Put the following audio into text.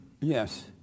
Yes